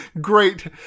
great